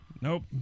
Nope